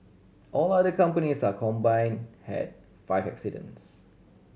all other companies are combined had five accidents